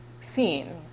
seen